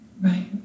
Right